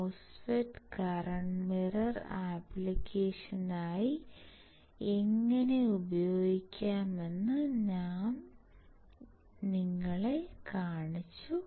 MOSFET current mirror ആപ്ലിക്കേഷനായി എങ്ങനെ ഉപയോഗിക്കാമെന്ന് ഞാൻ നിങ്ങളെ കാണിക്കാൻ ആഗ്രഹിച്ചു